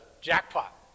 jackpot